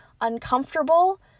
uncomfortable